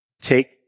Take